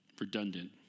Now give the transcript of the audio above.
redundant